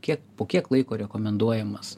kiek po kiek laiko rekomenduojamas